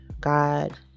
God